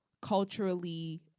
culturally